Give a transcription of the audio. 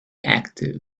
active